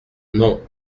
non